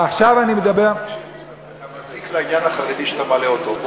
אתה מזיק לעניין החרדי כשאתה מעלה אותו.